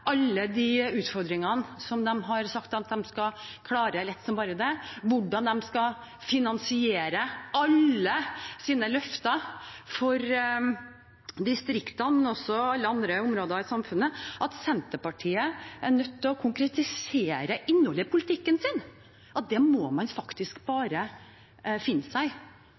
alle de utfordringene som de har sagt at de skal klare lett som bare det, og hvordan de skal finansiere alle sine løfter til distriktene og alle andre områder i samfunnet, og at de er nødt til å konkretisere innholdet i politikken sin, må man faktisk bare finne seg